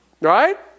Right